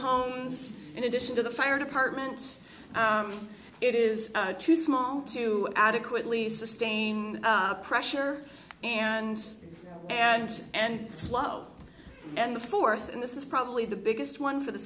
homes in addition to the fire department it is too small to adequately sustain pressure and and and slow and the fourth and this is probably the biggest one for the